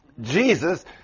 Jesus